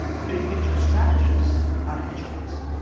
big-picture strategists are hedgehogs.